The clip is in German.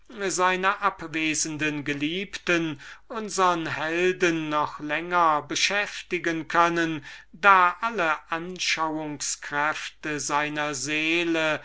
seiner abwesenden geliebten noch länger beschäftigen können da alle anschauungskräfte seiner seele